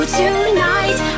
tonight